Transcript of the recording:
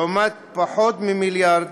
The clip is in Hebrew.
לעומת פחות ממיליארד